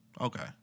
Okay